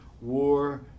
war